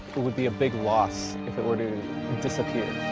it would be a big loss if it were to disappear. i